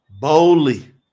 Boldly